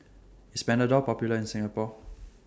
IS Panadol Popular in Singapore